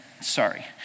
sorry